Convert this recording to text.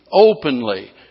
openly